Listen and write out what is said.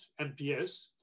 NPS